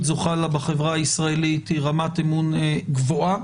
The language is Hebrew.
זוכה לה בחברה הישראלית היא רמת אמון גבוהה